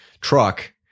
truck